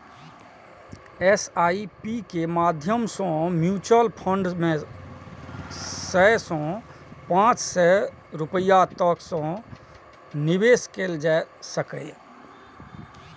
SIP के माध्यम सं म्यूचुअल फंड मे सय सं पांच सय रुपैया तक सं निवेश कैल जा सकैए